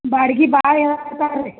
ಬಾಡಿಗೆ ಭಾಳ ಹೇಳ್ತಾರೆ ರೀ